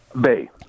Bay